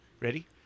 Ready